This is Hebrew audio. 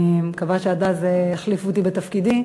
אני מקווה שעד אז יחליפו אותי בתפקידי,